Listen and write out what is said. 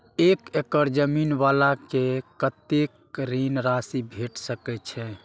एक एकड़ जमीन वाला के कतेक ऋण राशि भेट सकै छै?